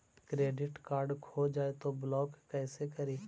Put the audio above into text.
Credit card खो जाए तो ब्लॉक कैसे करी?